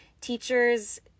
teachers